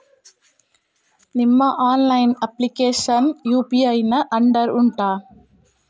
ನಿಮ್ಮ online application UPI ನ under ಉಂಟಾ